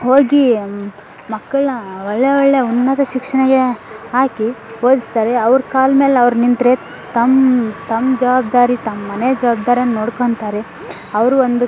ಹೋಗಿ ಮಕ್ಕಳನ್ನ ಒಳ್ಳೆಯ ಒಳ್ಳೆಯ ಉನ್ನತ ಶಿಕ್ಷಣಕ್ಕೆ ಹಾಕಿ ಓದಿಸ್ತಾರೆ ಅವ್ರ ಕಾಲು ಮೇಲೆ ಅವ್ರು ನಿಂತರೆ ತಮ್ಮ ತಮ್ಮ ಜವಾಬ್ದಾರಿ ತಮ್ಮ ಮನೆ ಜವಾಬ್ದಾರಿಯನ್ನು ನೋಡ್ಕೊಳ್ತಾರೆ ಅವರು ಒಂದು